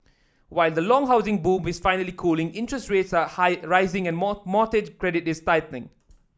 while the long housing boom is finally cooling interest rates are high rising and mortgage credit is tightening